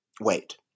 wait